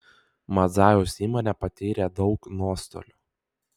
madzajaus įmonė patyrė daug nuostolių